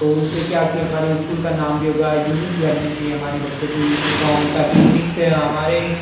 तो उससे क्या कि हमारी स्कूल का नाम भी होगा यूनिक लगनी चाहिए हमारे बच्चों की यूनिफॉर्म ताकि यूनिक से हमारे